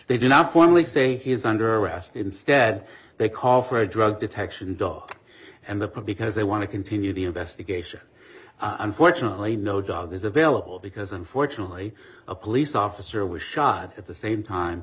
they do not formally say he is under arrest instead they call for a drug detection dog and the probably because they want to continue the investigation unfortunately no dog is available because unfortunately a police officer was shot at the same time